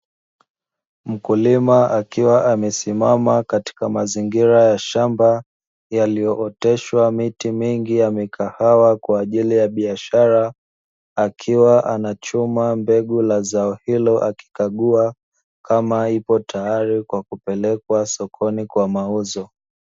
Mkulima akiwa amesimama katika mazingira ya shamba yaliyooteshwa miti mingi ya mikahawa kwa ajili ya biashara, akiwa anachuma mbegu la zao hilo akikagua kama ipo tayari kwa kupelekwa sokoni kwa mauzo.